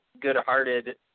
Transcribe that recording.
good-hearted